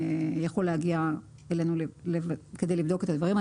יכול להגיע אלינו כדי לבדוק את הדברים.